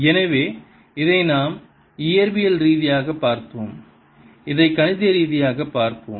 எனவே இதை நாம் இயற்பியல் ரீதியாகப் பார்த்தோம் இதை கணித ரீதியாகப் பார்ப்போம்